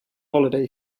holiday